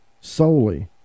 solely